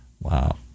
Wow